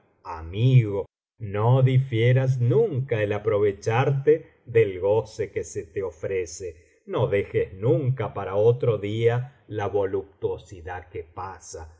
amigo no difieras nunca el aprovecharle del goce qtte se te ofrece no dejes nunca para otro día la voluptuosidad que pasa